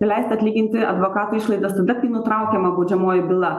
leista atlyginti advokato išlaidas tada kai nutraukiama baudžiamoji byla